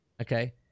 Okay